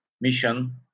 mission